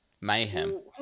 Mayhem